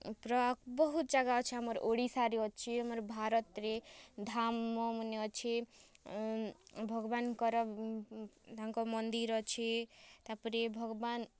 ପୂରା ବହୁତ୍ ଜାଗା ଅଛେ ଆମର୍ ଓଡ଼ିଶାରେ ଅଛେ ଆମର୍ ଭାରତ୍ରେ ଧାମ ମାନେ ଅଛେ ଭଗ୍ବାନ୍ଙ୍କର ତାଙ୍କ ମନ୍ଦିର୍ ଅଛେ ତାପରେ ଭଗ୍ବାନ୍